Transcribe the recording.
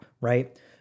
Right